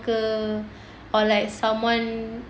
ke or like someone